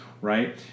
right